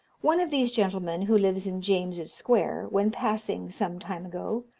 one of these gentlemen, who lives in james's square, when passing some time ago,